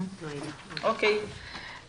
בוקר טוב.